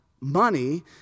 money